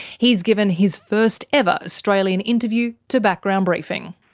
he's given his first ever australian interview to background briefing.